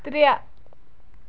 ترٛےٚ